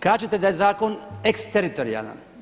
Kažete da je zakon ex teritorijalan.